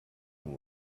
him